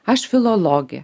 aš filologė